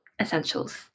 essentials